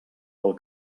del